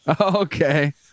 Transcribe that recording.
Okay